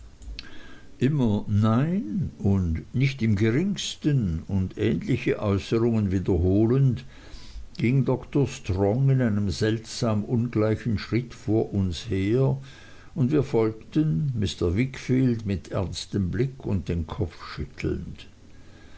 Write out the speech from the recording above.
immer nein und nicht im mindesten und ähnliche äußerungen wiederholend ging dr strong in einem seltsam ungleichen schritt vor uns her und wir folgten mr wickfield mit ernstem blick und den kopf schüttelnd